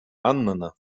аннана